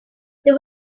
there